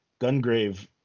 gungrave